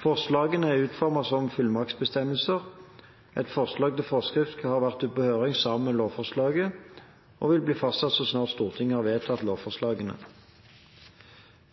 Forslagene er utformet som fullmaktsbestemmelser. Et forslag til forskrift har vært på høring sammen med lovforslagene, og vil bli fastsatt så snart Stortinget har vedtatt lovforslagene.